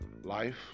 Life